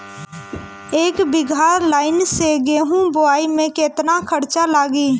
एक बीगहा लाईन से गेहूं बोआई में केतना खर्चा लागी?